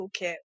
toolkit